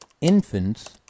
Infants